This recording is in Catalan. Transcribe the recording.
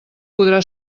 podrà